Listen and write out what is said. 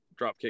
Dropkick